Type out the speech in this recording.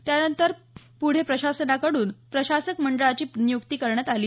त्यानंतर पुढे शासनाकडून प्रशासक मंडळाची नियुक्ती करण्यात आली